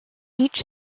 each